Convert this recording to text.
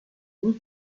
dons